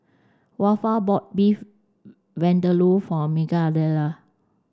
Waldo bought Beef Vindaloo for Migdalia